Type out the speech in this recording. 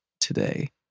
today